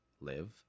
live